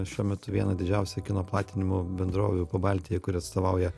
šiuo metu vieną didžiausių kino platinimo bendrovių pabaltyje kuri atstovauja